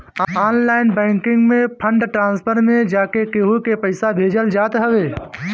online banking में fund transfer में जाके केहू के पईसा भेजल जात हवे